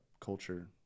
culture